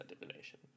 divination